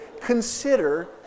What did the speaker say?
Consider